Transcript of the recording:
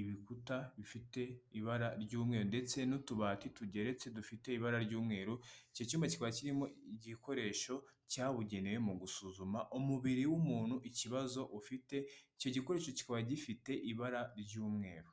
ibikuta bifite ibara ry'umweru ndetse n'utubati tugeretse, dufite ibara ry'umweru, icyo cyumba kikaba kirimo igikoresho cyabugenewe mu gusuzuma umubiri w'umuntu ikibazo ufite, icyo gikoresho kikaba gifite ibara ry'umweru.